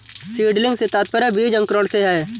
seedling से तात्पर्य बीज अंकुरण से है